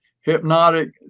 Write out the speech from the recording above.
hypnotic